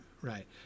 right